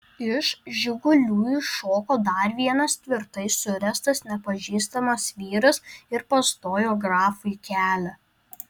iš žigulių iššoko dar vienas tvirtai suręstas nepažįstamas vyras ir pastojo grafui kelią